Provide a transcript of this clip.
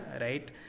right